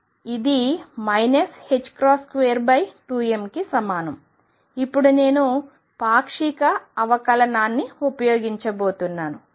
ఇది 22m కి సమానం ఇప్పుడు నేను పాక్షిక అవకాలనాన్ని ఉపయోగించబోతున్నాను